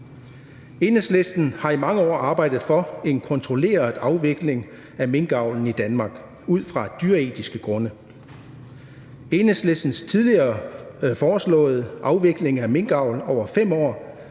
Enhedslisten har i mange år arbejdet for en kontrolleret afvikling af minkavlen i Danmark ud fra dyreetiske grunde. Enhedslisten har tidligere foreslået afvikling af minkavl over 5 år